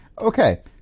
Okay